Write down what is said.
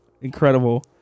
incredible